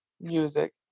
music